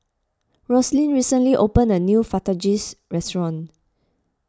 Roslyn recently opened a new Fajitas Restaurant